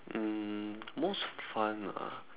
um most fun ah